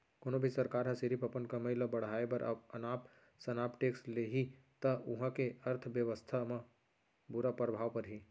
कोनो भी सरकार ह सिरिफ अपन कमई ल बड़हाए बर अनाप सनाप टेक्स लेहि त उहां के अर्थबेवस्था म बुरा परभाव परही